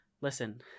listen